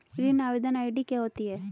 ऋण आवेदन आई.डी क्या होती है?